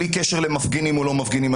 בלי קשר למפגינים או לא מפגינים.